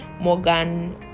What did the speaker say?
morgan